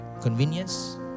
convenience